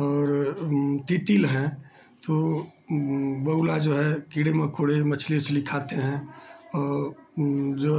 और तितिल हैं तो बगुला जो हैं कीड़े मकोड़े मछली उछली खाते हैं और जो